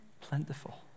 plentiful